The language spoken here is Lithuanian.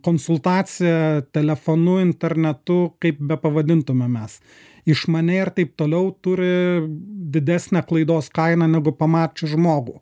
konsultacija telefonu internetu kaip bepavadintume mes išmania ir taip toliau turi didesnę klaidos kainą negu pamačius žmogų